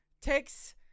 takes